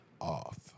off